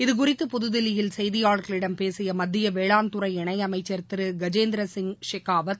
இதுகுறித்து புதுதில்லியில் செய்தியாளர்களிடம் பேசிய மத்திய வேளாண்துறை இணையமைச்சர் திரு கஜேந்திரசிங் ஷெகாவத்